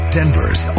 Denver's